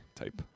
type